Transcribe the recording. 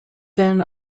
then